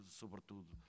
sobretudo